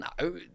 No